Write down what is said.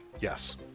Yes